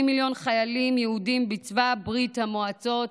מיליון חיילים יהודים בצבא ברית המועצות,